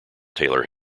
taylor